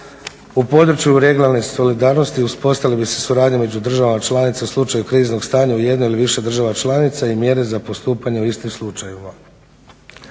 U području regionalne solidarnosti uspostavila bi se suradnja između država članica u slučaju kriznog stanja u jednoj ili više država članica i mjere za postupanje u istim slučajevima.